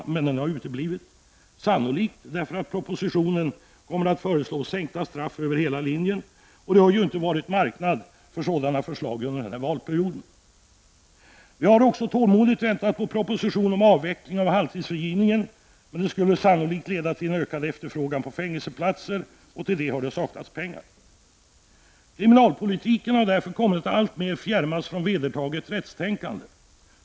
Den har emellertid uteblivit, sannolikt därför att propositionen kommer att föreslå sänkta straff över hela linjen. Det har ju heller inte varit marknad för sådana förslag under den här valperioden. Vi har också tålmodigt väntat på en proposition om en avveckling av halvtidsfrigivningen, men detta skulle sannolikt leda till en ökad efterfrågan på fängelseplatser, och till det har det saknats pengar. Kriminalpolitiken har därför kommit att alltmer fjärmas från vedertaget rättstänkande.